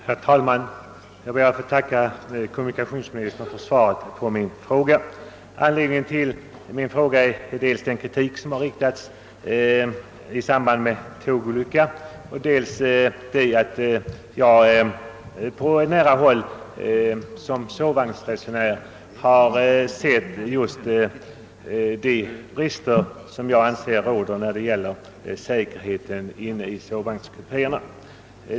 Herr talman! Jag ber att få tacka kommunikationsministern för svaret på min fråga. Anledningen till frågan är dels den kritik som har riktats mot SJ i samband med en tågolycka, dels den omständigheten att jag på nära håll som sovvagnsresenär har sett de brister som jag anser råda i fråga om säkerheten inne i sovvagnskupéerna.